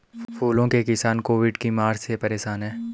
फूलों के किसान कोविड की मार से परेशान है